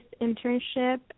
internship